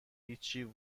هیچی